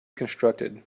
constructed